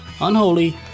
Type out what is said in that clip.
Unholy